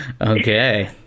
Okay